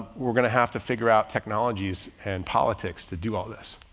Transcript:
we're going to have to figure out technologies and politics to do all this.